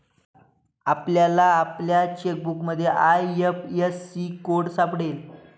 आपल्याला आपल्या चेकबुकमध्ये आय.एफ.एस.सी कोड सापडेल